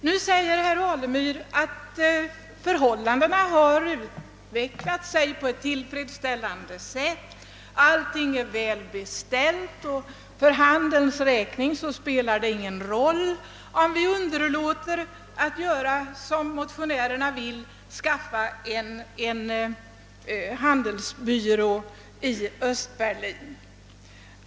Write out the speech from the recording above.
Herr Alemyr säger att förhållandena har utvecklat sig på ett tillfredsställande sätt, att allt är väl beställt och att det för handelns räkning inte spelar någon roll om vi underlåter att, som motionärerna föreslår, upprätta en handelsbyrå i Östberlin.